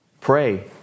pray